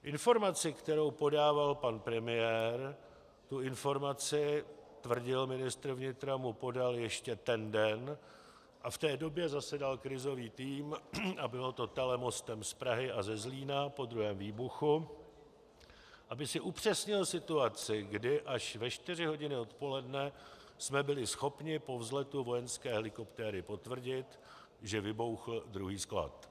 Informaci, kterou podával pan premiér, tu informaci, tvrdil ministr vnitra, mu podal ještě ten den a v té době zasedal krizový tým a bylo to telemostem z Prahy a ze Zlína, po druhém výbuchu, aby si upřesnil situaci, kdy až ve čtyři hodiny odpoledne jsme byli schopni po vzletu vojenské helikoptéry potvrdit, že vybouchl druhý sklad.